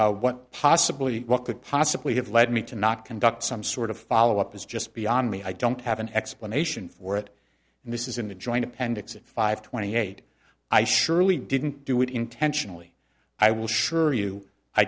was what possibly could possibly have led me to not conduct some sort of follow up is just beyond me i don't have an explanation for it and this is in the joint appendix at five twenty eight i surely didn't do it intentionally i will sure you i